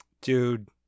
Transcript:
dude